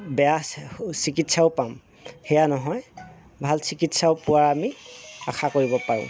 বেয়া চিকিৎসাও পাম সেয়া নহয় ভাল চিকিৎসাও পোৱাৰ আমি আশা কৰিব পাৰোঁ